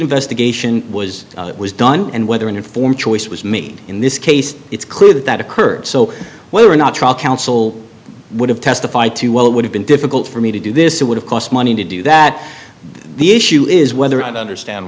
investigation was was done and whether an informed choice was made in this case it's clear that that occurred so whether or not trial counsel would have testified to well it would have been difficult for me to do this it would have cost money to do that the issue is whether or not understand